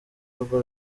urugo